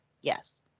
Yes